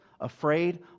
afraid